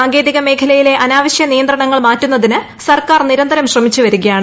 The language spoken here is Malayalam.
സാങ്കേതിക മേഖലയിലെ അനാവശ്യ നിയന്ത്രണങ്ങൾ മാറ്റുന്നതിന് സർക്കാർ നിരന്തരം ശ്രമിച്ചുവരികയാണ്